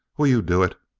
will you do it?